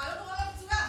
הרעיון הוא רעיון מצוין,